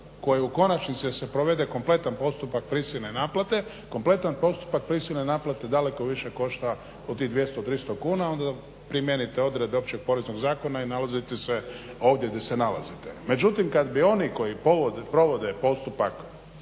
koje u konačnici da se provede kompletan postupak prisilne naplate, kompletan postupak prisilne naplate daleko više košta od tih 200, 300 kuna, onda dok primijenite odredbe Općeg poreznog zakona i nalazite se ovdje gdje se nalazite. Međutim, kad bi oni koji provode postupak